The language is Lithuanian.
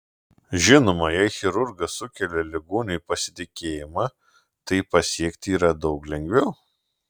žinoma jei chirurgas sukelia ligoniui pasitikėjimą tai pasiekti yra daug lengviau